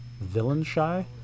villain-shy